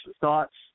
thoughts